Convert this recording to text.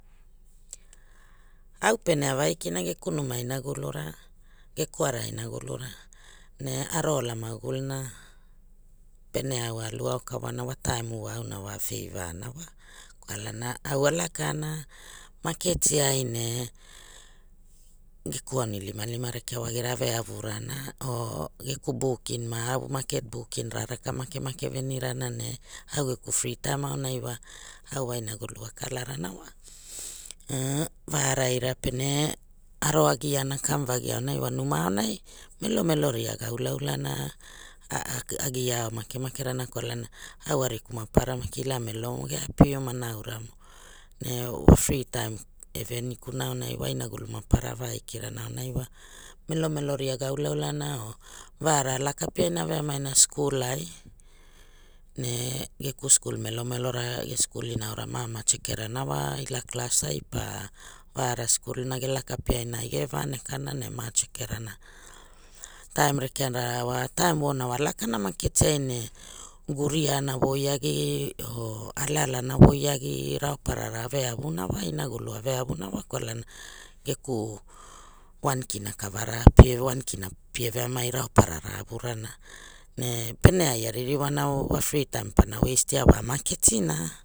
Au pene a vaikina geku nama inagulura geku ara a inagulura ne aro ola ma guguluna pene ao alu ao kawana wa taimu wa auna wa a feivana wa kwalana au alakana maketi ai ne geku aunilimalima rekea wa gira aveavu rana or geku bukin ma au maketi bukin ra raka makemake veniarana ne au geku fri taim auna wa au wa inagulu a kalarana wa e waraira pere aro agiana kamu vagi aurai wa numa aonai melomelo ria ga ulaula na a gia au makemake rana kwalana au ariku mapara maki ila melomo ge api oma na aurama ne wa fri taim eve riku na aunai wa inagulu mapara ava aikirana aonai wa melomelo ria ga ulaulana o va ara a laka pia ina a veamaina skul ai ne geku skul melomeloria ge skulina aura ma ama cheke rana wa ila class ai pa va ara skul na ge laka piaina ai geve va nekana ne ma a cheke rana taim rekera wa taim vo o na wa lakano maketiai ne guria ana voi agi or alaala ana voi agi raoparara ave avu na wa inagul ave avuna wa kwalana geku wan kina kavara pe wan kira pie veamai raoparara a avu rana pene ai aririwana wa fri taim pana wistia wa a maketina.